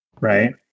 Right